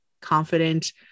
confident